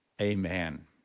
Amen